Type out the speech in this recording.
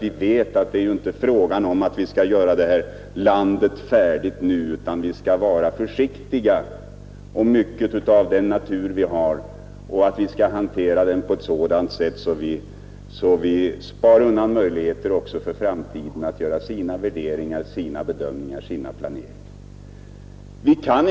Vi vet ju att vi inte nu kan ”göra vårt land färdigt”, utan att vi skall vara försiktiga om mycket av den natur vi har och hantera den på ett sådant sätt att vi bevarar möjligheter även för människorna att i framtiden förverkliga sina bedömningar, värderingar och planeringar på detta område.